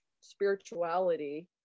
spirituality